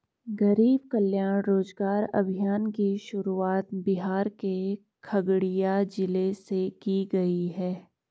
गरीब कल्याण रोजगार अभियान की शुरुआत बिहार के खगड़िया जिले से की गयी है